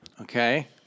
Okay